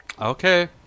Okay